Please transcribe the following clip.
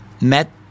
met